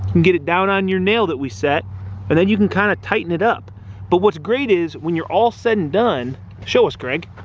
and get it down on your nail that we set and then you can kind of tighten it up but what's great is when you're all said and done show us greg